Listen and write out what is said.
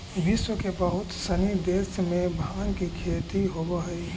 विश्व के बहुत सनी देश में भाँग के खेती होवऽ हइ